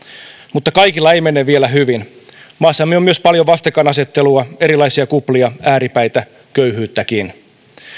mutta kaikilla ei mene vielä hyvin maassamme on myös paljon vastakkainasettelua erilaisia kuplia ääripäitä köyhyyttäkin